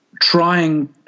trying